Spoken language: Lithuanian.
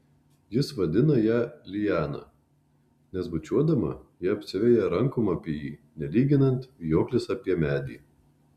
jis vadina ją liana nes bučiuodama ji apsiveja rankom apie jį nelyginant vijoklis apie medį